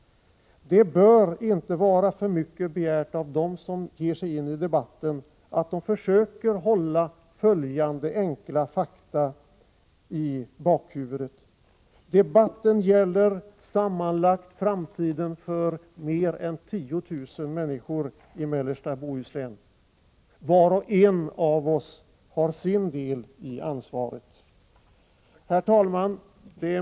Det bör inte vara för mycket begärt av dem som ger sig in i debatten att de försöker hålla följande enkla fakta i bakhuvudet: Debatten gäller framtiden för mer än 10 000 människor i mellersta Bohuslän. Var och en av oss har sin del i ansvaret. Herr talman!